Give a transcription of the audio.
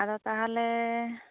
ᱟᱫᱚ ᱛᱟᱦᱚᱞᱮ